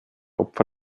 opfer